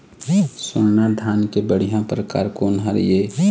स्वर्णा धान के बढ़िया परकार कोन हर ये?